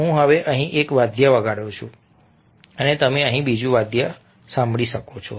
હું હવે અહીં એક વાદ્ય વગાડું છું અને તમે અહીં બીજું વાદ્ય સાંભળી શકો છો